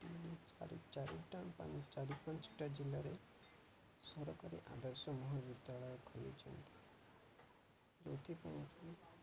ତିନି ଚାରି ଚାରିଟା ଚାରି ପାଞ୍ଚଟା ଜିଲ୍ଲାରେ ସରକାରୀ ଆଦର୍ଶ ମହାବଦ୍ୟାଳୟ ଖୋଲିଛନ୍ତି ଯେଉଁଥିପାଇଁକି